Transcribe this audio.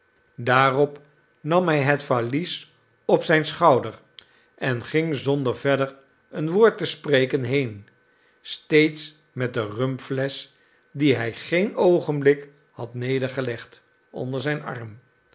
daarop nam hij het valies op zijn schouder en ging zonder verder een woord te spreken heen steeds met de rumflesch die hij geen oogenblik had nedergezet onder zijn arm